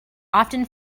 often